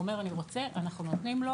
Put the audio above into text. הוא אומר אני רוצה, אנחנו נותנים לו